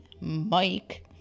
Mike